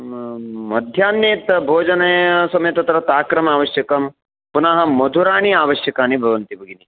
मध्याह्ने चेत् भोजने सममे तत्र तक्रम् आवश्यकं पुनः मधुराणि आवश्यकानि भवन्ति भगिनी